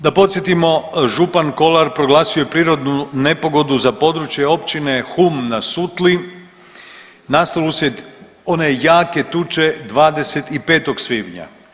Da podsjetimo, župan Kolar proglasio je prirodnu nepogodu za područje općine Hum na Sutli nastalu uslijed one jake tuče 25. svibnja.